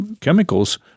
chemicals